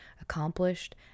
accomplished